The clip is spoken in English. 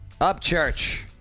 Upchurch